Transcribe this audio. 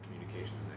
communication